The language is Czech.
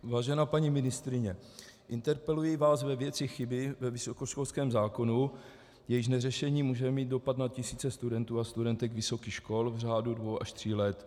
Vážená paní ministryně, interpeluji vás ve věci chyby ve vysokoškolském zákonu, jejíž neřešení může mít dopad na tisíce studentů a studentek vysokých škol v řádu dvou až tří let.